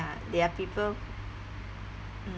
there are people mm